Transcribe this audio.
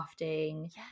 crafting